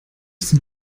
sind